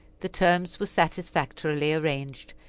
the terms were satisfactorily arranged,